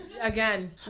Again